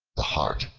the hart,